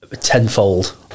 tenfold